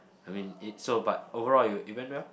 I mean it's so but overall it went well